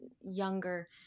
younger